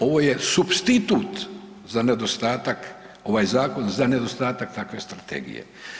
Ovo je supstitut za nedostatak, ovaj zakon, za nedostatak takve strategije.